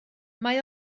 mae